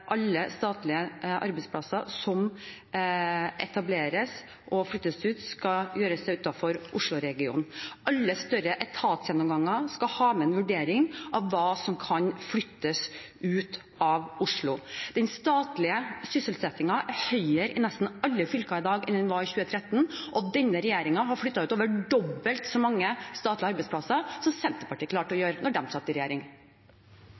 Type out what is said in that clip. alle statlige arbeidsplasser som etableres og flyttes ut, skal etableres og flyttes til utenfor Oslo-regionen. Alle større etatsgjennomganger skal ha med en vurdering av hva som kan flyttes ut av Oslo. Den statlige sysselsettingen er høyere i nesten alle fylker i dag enn den var i 2013. Denne regjeringen har flyttet ut over dobbelt så mange statlige arbeidsplasser som Senterpartiet klarte å gjøre da de satt i regjering.